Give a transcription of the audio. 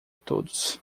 todos